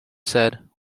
said